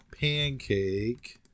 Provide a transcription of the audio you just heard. pancake